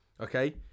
okay